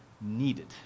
needed